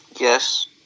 Yes